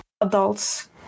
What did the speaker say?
adults